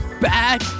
back